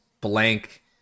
blank